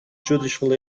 judicial